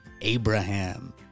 Abraham